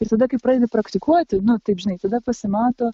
ir tada kai pradedi praktikuoti nu taip žinai tada pasimato